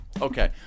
Okay